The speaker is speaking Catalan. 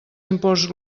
imports